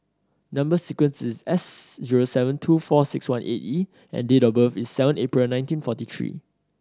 number sequence is S zero seven two four six one eight E and date of birth is seven April nineteen forty three